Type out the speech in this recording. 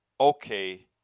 okay